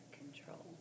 control